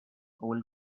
old